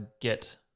get